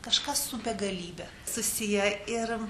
kažkas su begalybe susiję ir